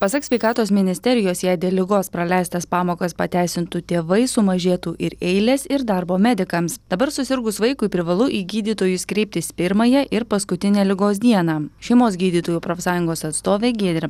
pasak sveikatos ministerijos jei dėl ligos praleistas pamokas pateisintų tėvai sumažėtų ir eilės ir darbo medikams dabar susirgus vaikui privalu į gydytojus kreiptis pirmąją ir paskutinę ligos dieną šeimos gydytojų profsąjungos atstovė giedrė